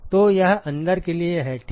तो यह अंदर के लिए है ठीक